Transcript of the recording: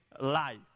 life